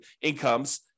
incomes